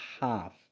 half